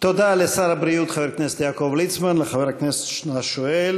תודה לשר הבריאות חבר הכנסת יעקב ליצמן ולחבר הכנסת השואל.